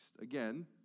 Again